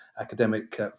academic